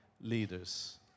leaders